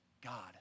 God